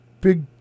big